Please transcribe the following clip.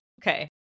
Okay